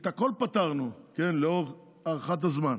את הכול פתרנו, לאור הארכת הזמן.